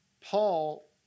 Paul